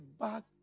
back